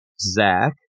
Zach